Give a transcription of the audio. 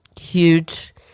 huge